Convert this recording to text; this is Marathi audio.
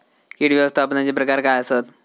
कीड व्यवस्थापनाचे प्रकार काय आसत?